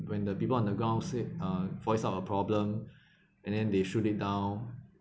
when the people on the ground said uh voice out a problem and then they shoot it down